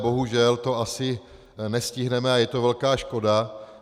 Bohužel to asi nestihneme a je to velká škoda.